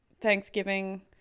thanksgiving